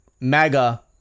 MAGA